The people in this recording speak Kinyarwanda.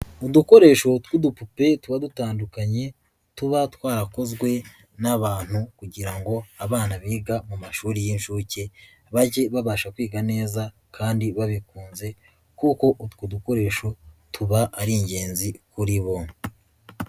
Udukoresho tw'udupupe tuba dutandukanye, tuba twarakozwe n'abantu kugira ngo abana biga mu mashuri y'inshuke bajye babasha kwiga neza kandi babikunze kuko utwo dukoresho tuba ari ingenzi kuri bo.